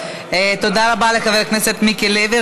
תודה רבה לחבר הכנסת מיקי לוי.